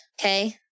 Okay